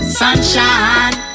sunshine